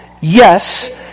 yes